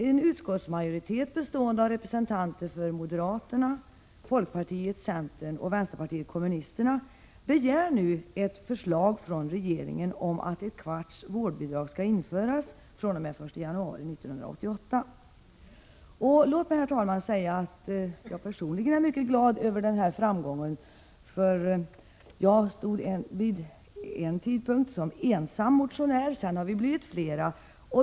En utskottsmajoritet bestående av representanter för moderaterna, folkpartiet, centern och vpk begär nu ett förslag från regeringen om att en fjärdedels vårdbidrag skall införas från den 1 januari 1988. Låt mig säga, herr talman, att jag personligen är mycket glad för denna framgång. Jag stod vid en tidpunkt som ensam motionär, men nu har vi blivit flera.